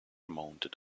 mounted